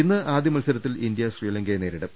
ഇന്ന് ആദ്യ മത്സരത്തിൽ ഇന്ത്യ ശ്രീലങ്കയെ നേരിടും